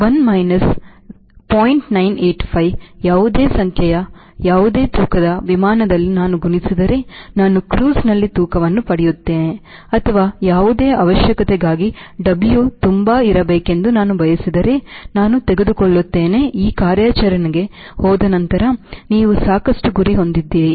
985 ಯಾವುದೇ ಸಂಖ್ಯೆಯು ಯಾವುದೇ ತೂಕದ ವಿಮಾನದಲ್ಲಿ ನಾನು ಗುಣಿಸಿದರೆ ನಾನು ಕ್ರೂಸ್ನಲ್ಲಿ ತೂಕವನ್ನು ಪಡೆಯುತ್ತೇನೆ ಅಥವಾ ಯಾವುದೇ ಅವಶ್ಯಕತೆಗಾಗಿ W ತುಂಬಾ ಇರಬೇಕೆಂದು ನಾನು ಬಯಸಿದರೆ ನಾನು ತೆಗೆದುಕೊಳ್ಳುತ್ತೇನೆ ಈ ಕಾರ್ಯಾಚರಣೆಗೆ ಹೋದ ನಂತರ ನೀವು ಸಾಕಷ್ಟು ಗುರಿ ಹೊಂದಿದ್ದೀರಿ